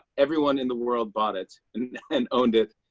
everyone in the world bought it and owned it.